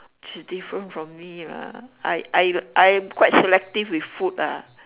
she's different from me lah I I I am quite selective with food ah